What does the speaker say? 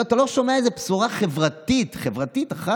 אתה לא שומע איזה בשורה חברתית אחת